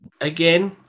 again